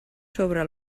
sobre